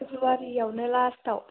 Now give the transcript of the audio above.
फेब्रुवारियावनो लास्टआव